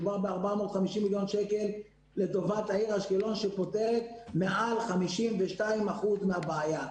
מדובר ב-450 מיליון שקלים לטובת העיר אשקלון שפותרים מעל 52% מהבעיה,